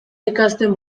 ikasten